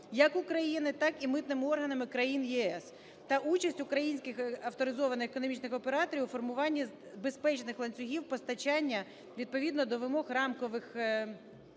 як України, так і митними органами країн ЄС, та участь українських авторизованих економічних операторів у формуванні безпечних ланцюгів постачання відповідно до вимог рамкових